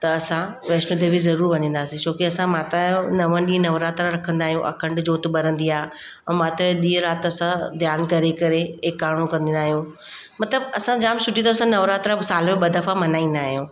त असां वैष्नो देवी ज़रूरु वञींदासीं छोकी असां माता जा नव ॾींहुं नवरात्रा रखंदा आहियूं अखंड जोति ॿरंदी आहे ऐं माता जा ॾींहुं राति असां ध्यानु करे करे एकाणो कंदा आहियूं मतिलबु असां जाम सुठी तरह सां नवरात्रा साल में ॿ दफ़ा मल्हाईंदा आहियूं